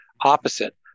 opposite